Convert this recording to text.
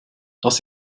das